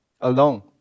alone